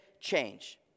change